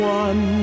one